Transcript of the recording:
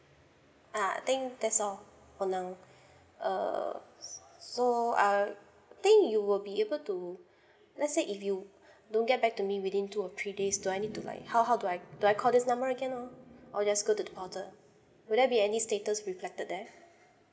ah I think that's all for now err s~ so I think you will be able to let's say if you don't get back to me within two or three days do I need to like how how do I do I call this number again or just go to the portal would there be any status reflected there